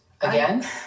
again